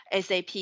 SAP